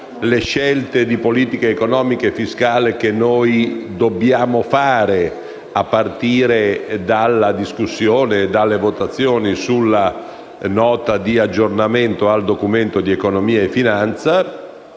scelte di politica economica e fiscale che dovremo compiere a partire dalla discussione e dalle votazioni sulla Nota di aggiornamento al Documento di economia e finanza,